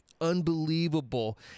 unbelievable